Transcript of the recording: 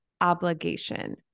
obligation